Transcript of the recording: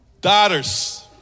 Daughters